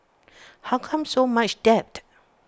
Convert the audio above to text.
how come so much debt